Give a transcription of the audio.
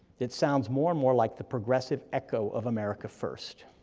it sounds more and more like the progressive echo of america first.